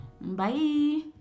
Bye